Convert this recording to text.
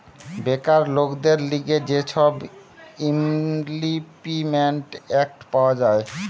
বেকার লোকদের লিগে যে সব ইমল্পিমেন্ট এক্ট পাওয়া যায়